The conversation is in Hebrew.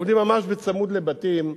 עובדים ממש בצמוד לבתים.